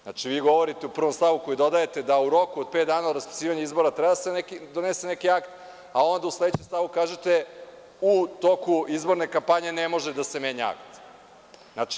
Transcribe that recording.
Znači, vi govorite u prvom stavu koji dodajete da u roku od pet dana od raspisivanja izbora treba da se donese neki akt, a onda u sledećem stavu kažete - u toku izborne kampanje ne može da se menja akt.